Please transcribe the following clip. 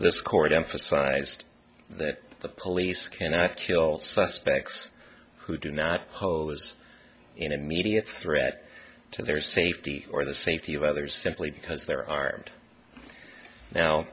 this court emphasized that the police cannot kill suspects who do not pose an immediate threat to their safety or the safety of others simply because they're armed now